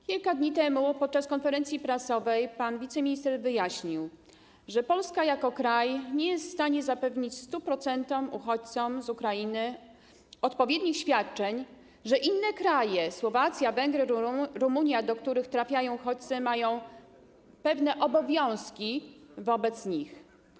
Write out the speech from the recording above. Kilka dni temu podczas konferencji prasowej pan wiceminister wyjaśnił, że Polska jako kraj nie jest w stanie zapewnić 100% uchodźców z Ukrainy odpowiednich świadczeń, że inne kraje: Słowacja, Węgry, Rumunia, do których trafiają uchodźcy, mają pewne obowiązki wobec nich.